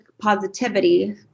positivity